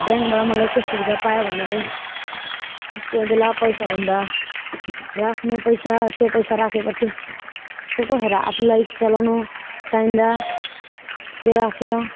ब्याङ्कबाट मलाई के सुविधा पायो भन्दा कोही बेला पैसा हुँदा राख्नु पैसा त्यो पैसा राखे पछि कोही कोहीखेर आफूलाई चलाउनु चाहिँदा त्यो राख्यो